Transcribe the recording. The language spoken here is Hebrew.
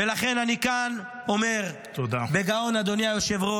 ולכן אני אומר כאן בגאון, אדוני היושב-ראש: